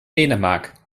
dänemark